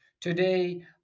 Today